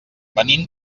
venim